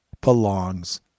belongs